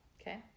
Okay